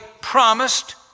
promised